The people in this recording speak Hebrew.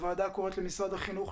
הוועדה קוראת למשרד החינוך,